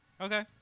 Okay